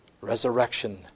Resurrection